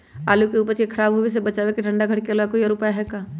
आलू के उपज के खराब होवे से बचाबे ठंडा घर के अलावा कोई और भी उपाय है का?